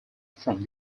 from